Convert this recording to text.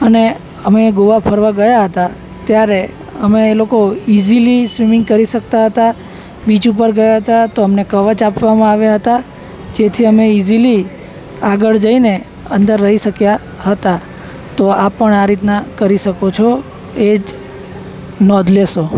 અને અમે ગોવા ફરવા ગયા હતા ત્યારે અમે લોકો ઇઝીલી સ્વિમિંગ કરી શકતા હતા બીચ ઉપર ગયા હતા તો અમને કવચ આપવામાં આવ્યા હતા જેથી અમે ઇઝીલી આગળ જઈને અંદર રહી શક્યા હતા તો આપ પણ આ રીતના કરી શકો છો એ જ નોંધ લેશો